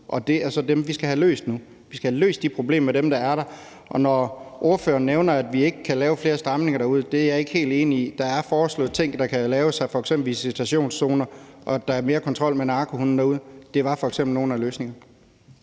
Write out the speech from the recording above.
og det er så dem, vi skal have løst nu. Vi skal have løst de problemer med dem, der er der. Når ordføreren nævner, at vi ikke kan lave flere stramninger derude, er jeg ikke helt enig. Der er foreslået ting, der kan laves, f.eks. visitationszoner og mere kontrol med narkohunde derude. Det kunne være nogle af løsningerne.